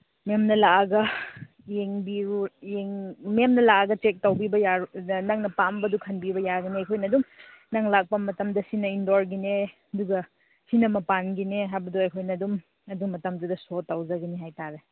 ꯃꯦꯝꯅ ꯂꯥꯛꯑꯒ ꯌꯦꯡꯕꯤꯌꯨ ꯌꯦꯡ ꯃꯦꯝꯅ ꯂꯥꯛꯑꯒ ꯆꯦꯛ ꯇꯧꯕꯤꯕ ꯅꯪꯅ ꯄꯥꯝꯕꯗꯨ ꯈꯟꯕ ꯌꯥꯒꯅꯤ ꯑꯩꯈꯣꯏꯅ ꯑꯗꯨꯝ ꯅꯪ ꯂꯥꯛꯄ ꯃꯇꯝꯗ ꯁꯤꯅ ꯏꯟꯗꯣꯔꯒꯤꯅꯦ ꯑꯗꯨꯒ ꯁꯤꯅ ꯃꯄꯥꯟꯒꯤꯅꯦ ꯍꯥꯏꯕꯗꯣ ꯑꯩꯈꯣꯏꯅ ꯑꯗꯨꯝ ꯑꯗꯨ ꯃꯇꯝꯗꯨꯗꯁꯨ ꯁꯣ ꯇꯧꯖꯒꯅꯤ ꯍꯥꯏꯇꯥꯔꯦ